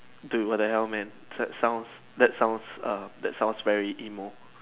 dude what the hell man that sounds that sounds err that sounds very emo